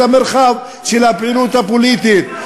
את המרחב של הפעילות הפוליטית,